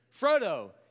Frodo